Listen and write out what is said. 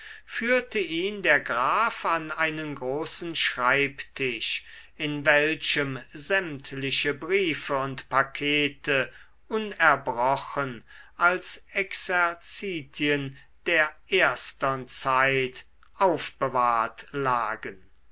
führte ihn der graf an einen großen schreibtisch in welchem sämtliche briefe und pakete unerbrochen als exerzitien der erstern zeit aufbewahrt lagen